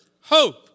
hope